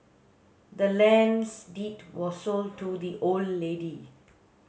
the land's deed was sold to the old lady